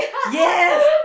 yes